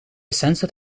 sensor